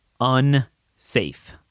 unsafe